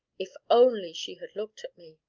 if only she had looked at me!